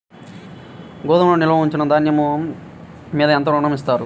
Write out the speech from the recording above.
గోదాములో నిల్వ ఉంచిన ధాన్యము మీద ఎంత ఋణం ఇస్తారు?